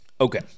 Okay